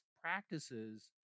practices